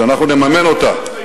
שאנחנו נממן אותה,